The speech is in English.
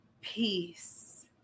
peace